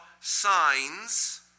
signs